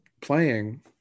playing